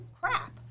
crap